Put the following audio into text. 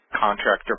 Contractor